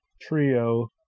trio